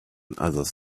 others